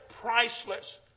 priceless